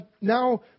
now